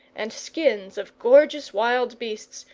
and skins of gorgeous wild beasts,